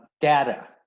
data